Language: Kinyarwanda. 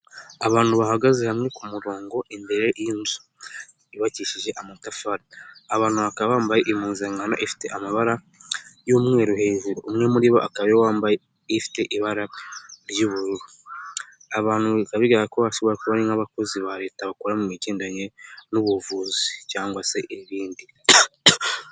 Abantu bahagaze hamwe ku murongo imbere y'inzu yubakishije amatafari abantu bakaba bambaye impuzankano ifite amabara y'umweru hejuru umwe muri bo akaba ariwe wambaye ifite ibara ry'ubururu, aba bantu bikababa bigaragara ko bashobora nk'abakozi ba leta bakora mu bigendanye n'ubuvuzi cyangwa se ibindi.